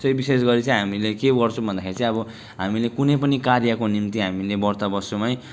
चाहिँ विशेष गरी चाहिँ हामीले के गर्छौँ भन्दाखेरि चाहिँ अब हामीले कुनै पनि कार्यको निम्ति हामीले व्रत बस्छौँ है